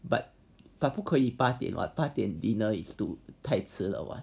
but but 不可以八点 [what] 八点 dinner is 太迟了 [what]